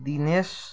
Dinesh